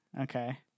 Okay